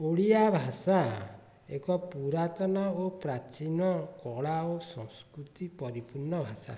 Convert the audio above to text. ଓଡ଼ିଆ ଭାଷା ଏକ ପୁରାତନ ଓ ପ୍ରାଚୀନ କଳା ଓ ସଂସ୍କୃତି ପରିପୂର୍ଣ୍ଣ ଭାଷା